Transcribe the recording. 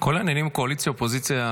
כל ענייני הקואליציה אופוזיציה,